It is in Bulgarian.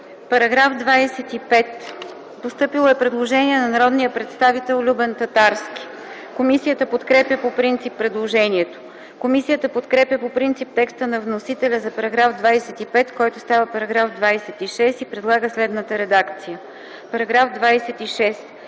Параграф 31. Постъпило е предложение на народния представител Огнян Пейчев. Комисията подкрепя по принцип предложението. Комисията подкрепя по принцип текста на вносителя за § 31, който става § 33 и предлага следната редакция: „§ 33.